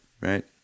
right